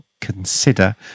consider